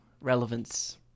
relevance